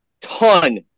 ton